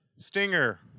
Stinger